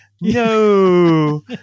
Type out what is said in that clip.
no